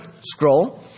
scroll